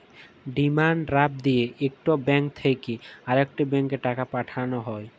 demand draft দিঁয়ে ইকট bank থ্যাইকে আরেকট ব্যাংকে টাকা পাঠাল হ্যয়